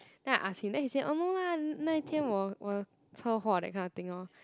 then I ask him then he say no lah na yi tian wo che huo that kind of thing lor